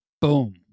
boom